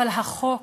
אבל החוק,